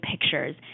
pictures